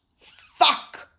fuck